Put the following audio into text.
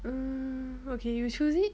um okay you choose it